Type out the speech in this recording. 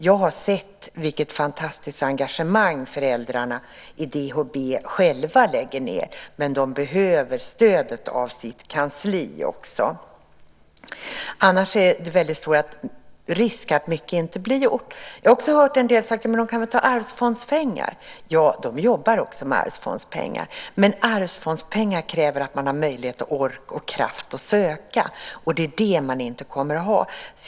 Jag har sett vilket fantastiskt engagemang föräldrarna i DHB lägger ned, men de behöver också stödet från sitt kansli, annars finns det stor risk att mycket inte blir gjort. Jag har också hört en del säga att de kan ta arvsfondspengar. De jobbar också med arvsfondspengar, men det kräver att man har möjlighet, ork och kraft att söka, och det kommer man inte att ha.